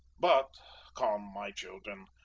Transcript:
but come, my children,